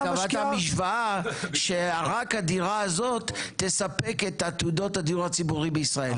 אבל אתה אמרת משוואה שרק הדירה הזאת תספק את עתודות הדיור בישראל.